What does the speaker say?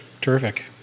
terrific